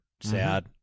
sad